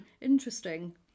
interesting